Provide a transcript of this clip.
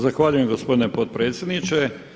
Zahvaljujem gospodine potpredsjedniče.